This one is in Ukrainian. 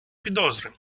підозри